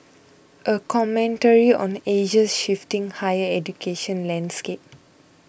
a commentary on Asia's shifting higher education landscape